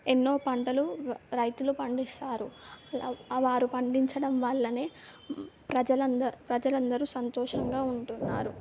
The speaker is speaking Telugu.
ఎన్నో పంటలు రైతులు పండిస్తారు వారు పండించడం వల్లనే ప్రజలందరికీ ప్రజలందరూ సంతోషంగా ఉంటున్నారు